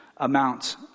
amounts